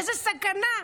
איזו סכנה.